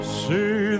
see